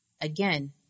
again